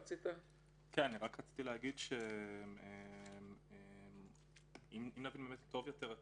אני רציתי להגיד שאם נלמד טוב יותר את